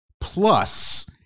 plus